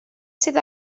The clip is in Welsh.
sydd